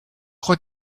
crois